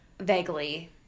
Vaguely